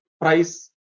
price